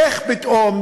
איך פתאום,